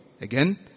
Again